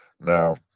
Now